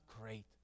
great